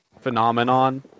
phenomenon